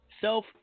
self-